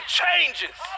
changes